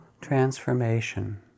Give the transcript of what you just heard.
transformation